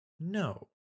No